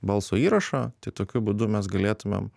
balso įrašą tai tokiu būdu mes galėtumėm